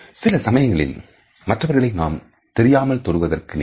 சில சமயங்களில் மற்றவர்களை நாம் தெரியாமல் தொடுவதற்கு நேரிடும்